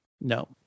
no